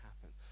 happen